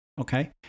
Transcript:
Okay